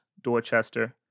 Dorchester